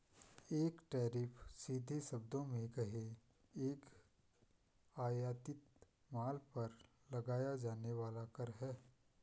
एक टैरिफ, सीधे शब्दों में कहें, एक आयातित माल पर लगाया जाने वाला कर है